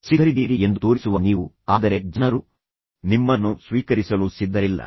ಸಿದ್ಧರಿದ್ದೀರಿ ಎಂದು ತೋರಿಸುವ ನೀವು ಆದರೆ ಜನರು ನಿಮ್ಮನ್ನು ಸ್ವೀಕರಿಸಲು ಸಿದ್ಧರಿಲ್ಲ